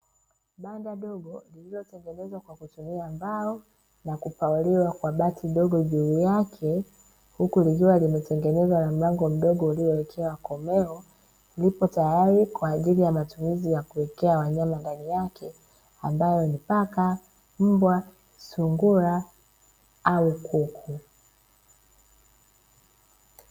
Banda dogo lilotengenezwa kwa kutumia mbao na kupauliwa kwa bati dogo juu yake, huku likiwa limetengenezwa na mlango mdogo uliowekewa komeo. Lipo tayari kwaajili ya matumizi ya kuwekea wanyama ndani yake ambao ni paka, mbwa, sungura au kuku.